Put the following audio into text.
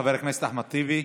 חבר הכנסת אחמד טיבי.